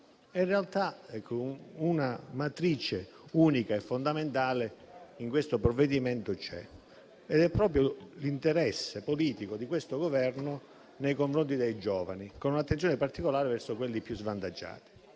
In realtà, una matrice unica e fondamentale in questo provvedimento c'è ed è proprio l'interesse politico di questo Governo nei confronti dei giovani, con un'attenzione particolare verso quelli più svantaggiati.